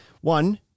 One